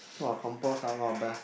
!wah! compose out wa best